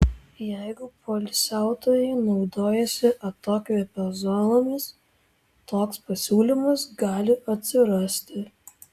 jeigu poilsiautojai naudojasi atokvėpio zonomis toks pasiūlymas gali atsirasti